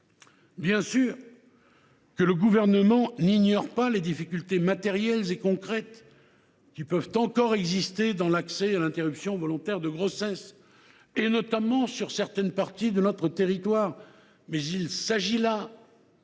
Bien sûr, le Gouvernement n’ignore pas les difficultés matérielles et concrètes qui peuvent encore exister dans l’accès à l’interruption volontaire de grossesse, notamment sur certaines parties du territoire. Mais il s’agit là